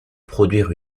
produire